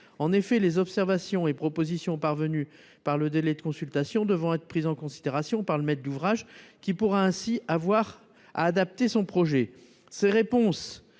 En effet, les observations et propositions parvenues pendant la phase de consultation devront être prises en considération par le maître d'ouvrage, qui pourra ainsi être tenu d'adapter son projet. Les réponses